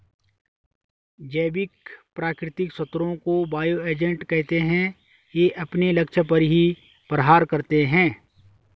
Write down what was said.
जैविक प्राकृतिक शत्रुओं को बायो एजेंट कहते है ये अपने लक्ष्य पर ही प्रहार करते है